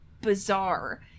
bizarre